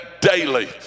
daily